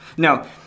Now